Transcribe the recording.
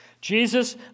Jesus